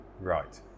Right